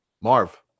Marv